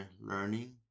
learning